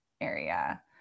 area